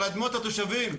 על אדמות התושבים,